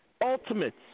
Ultimates